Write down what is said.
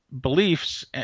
beliefs